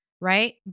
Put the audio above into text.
Right